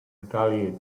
retaliate